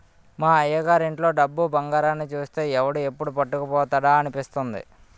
మా అయ్యగారి ఇంట్లో డబ్బు, బంగారాన్ని చూస్తే ఎవడు ఎప్పుడు పట్టుకుపోతాడా అనిపిస్తుంది